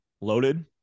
loaded